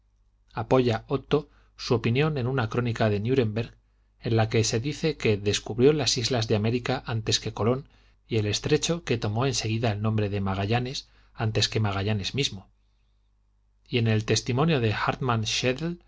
apoya otto su opinión en una crónica de nuremberg en la que se dice que descubrió las islas de américa antes que colón y el estrecho que tomó en seguida el nombre de magallanes antes que magallanes mismo y en el testimonio de